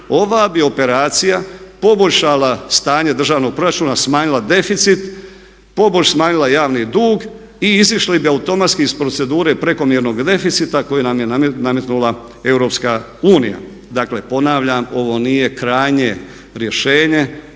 ova bi operacija poboljšala stanje državnog proračuna, smanjila deficit, pobož smanjila javni dug i izašli bi automatski iz procedure prekomjernog deficita koji nam je nametnula EU. Dakle, ponavljam ovo nije krajnje rješenje